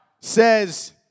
says